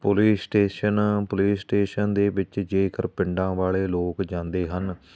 police station police station ਦੇ ਵਿੱਚ ਜੇਕਰ ਪਿੰਡਾਂ ਵਾਲੇ ਲੋਕ ਜਾਂਦੇ ਹਨ